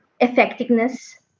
effectiveness